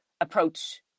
approach